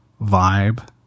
vibe